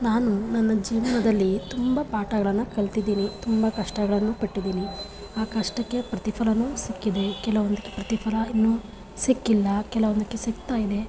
ನಾನು ನನ್ನ ಜೀವನದಲ್ಲಿ ತುಂಬ ಪಾಠಗಳನ್ನು ಕಲ್ತಿದೀನಿ ತುಂಬ ಕಷ್ಟಗಳನ್ನು ಪಟ್ಟಿದ್ದೀನಿ ಆ ಕಷ್ಟಕ್ಕೆ ಪ್ರತಿಫಲವೂ ಸಿಕ್ಕಿದೆ ಕೆಲವೊಂದಕ್ಕೆ ಪ್ರತಿಫಲ ಇನ್ನೂ ಸಿಕ್ಕಿಲ್ಲ ಕೆಲವೊಂದಕ್ಕೆ ಸಿಕ್ತಾಯಿದೆ